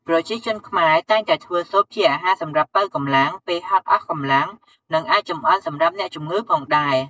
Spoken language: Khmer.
ប្រជាជនខ្មែរតែងតែធ្វើស៊ុបជាអាហារសម្រាប់ប៉ូវកម្លាំង ពេលហត់អស់កម្លាំងនិងអាចចម្អិនសម្រាប់អ្នកជំងឺផងដែរ។